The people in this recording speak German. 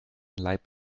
leib